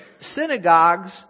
synagogues